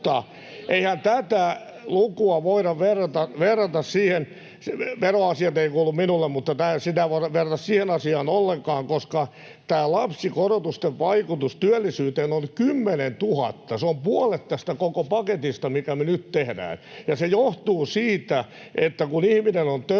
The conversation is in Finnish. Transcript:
mutta eihän tätä lukua voida verrata siihen — veroasiat eivät kuulu minulle — asiaan ollenkaan, koska tämä lapsikorotusten vaikutus työllisyyteen on 10 000. Se on puolet tästä koko paketista, mikä me nyt tehdään. Se johtuu siitä, että kun ihminen on töissä,